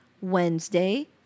Wednesday